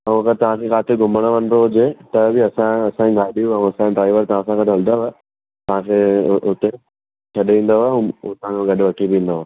ऐं अॻरि तव्हांखे किथे घुमणु वञिणो हुजे त बि असांजो असांजी गाॾियूं ऐं असांजे ड्राइवर तव्हां सां गॾु हलंदव तव्हांखे हुते छॾे ईंदव ऐं हुतां खां गॾु वठी बि ईंदव